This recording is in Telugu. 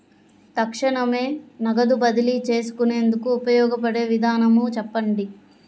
తక్షణమే నగదు బదిలీ చేసుకునేందుకు ఉపయోగపడే విధానము చెప్పండి?